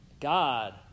God